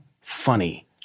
funny